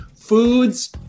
food's